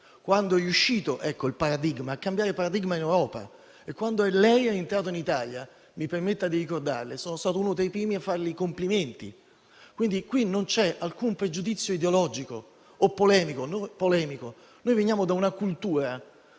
quando è riuscito a cambiare paradigma in Europa e quando lei è rientrato in Italia, mi permetta di ricordarle che sono stato uno dei primi a farle i complimenti. Qui non c'è alcun pregiudizio ideologico o polemico. Veniamo da una cultura